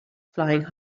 flying